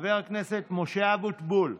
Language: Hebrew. חבר הכנסת משה אבוטבול.